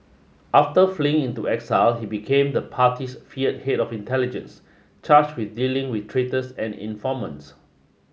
after fleeing into exile he became the party's fear head of intelligence charged with dealing with traitors and informants